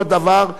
הוא הדבר,